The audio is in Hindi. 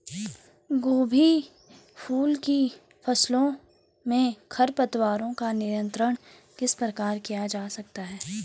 गोभी फूल की फसलों में खरपतवारों का नियंत्रण किस प्रकार किया जा सकता है?